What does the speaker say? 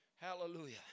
Hallelujah